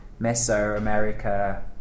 Mesoamerica